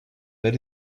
that